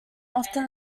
often